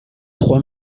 trois